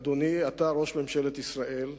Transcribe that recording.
אדוני, אתה ראש ממשלת ישראל,